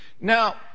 Now